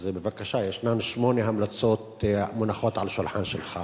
אז בבקשה, יש שמונה המלצות שמונחות על השולחן שלך